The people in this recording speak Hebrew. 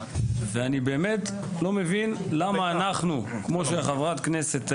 כמו שאמרה חברת הכנסת,